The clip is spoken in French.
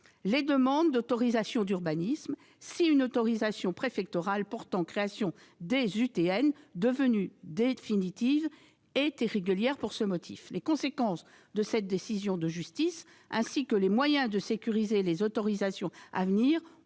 les demandes d'autorisation d'urbanisme si une autorisation préfectorale portant création d'une UTN devenue définitive est irrégulière pour ce motif. Les conséquences de cette décision de justice, ainsi que les moyens de sécuriser les autorisations à venir,